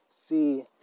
see